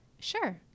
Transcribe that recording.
sure